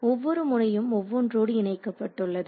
ஒவ்வொரு முனையும் ஒவ்வொன்றோடு இணைக்கப்பட்டுள்ளது